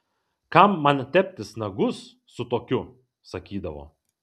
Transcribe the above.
kam man teptis nagus su tokiu sakydavo